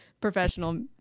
professional